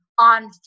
on